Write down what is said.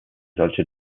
solche